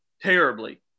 terribly